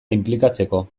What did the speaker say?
inplikatzeko